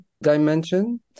dimension